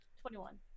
Twenty-one